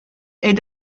est